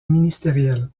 ministériels